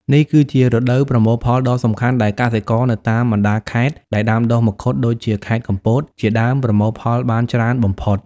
នេះគឺជារដូវប្រមូលផលដ៏សំខាន់ដែលកសិករនៅតាមបណ្ដាខេត្តដែលដាំដុះមង្ឃុតដូចជាខេត្តកំពតជាដើមប្រមូលផលបានច្រើនបំផុត។